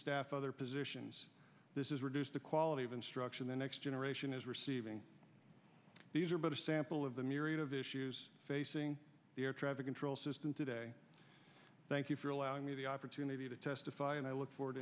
staff other positions this is reduce the quality of instruction the next generation is receiving these are but a sample of the myriad of issues facing the air traffic control system today thank you for allowing me the opportunity to testify and i look for